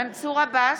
מנסור עבאס,